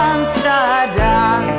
Amsterdam